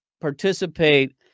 participate